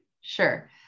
Sure